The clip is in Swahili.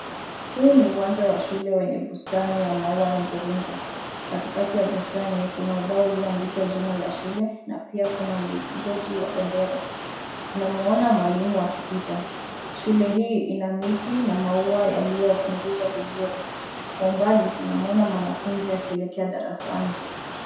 Huu ni uwanja wa shule wenye bustani ya maua ya mviringo, katikati ya bustani kuna ubao ulioandikwa jina la shule na pia kuna mlingoti wa bendera. Tunamwona mwalimu akikuja, shule hii ina miti na maua yaliyopunguzwa vizuri, kwa umbali tunamwona mwanafunzi akielekea darsani.